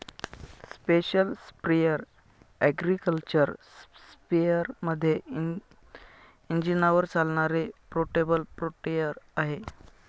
special sprayer agriculture स्पेअरमध्ये इंजिनावर चालणारे पोर्टेबल स्प्रेअर आहे